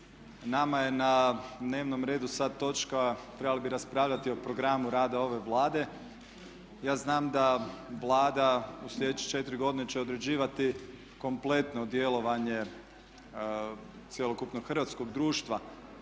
Nama je na dnevnom redu sada točka, trebali bi raspravljati o programu rada ove Vlade. Ja znam da Vlada u sljedeće 4 godine će određivati kompletno djelovanje cjelokupnog hrvatskog društva.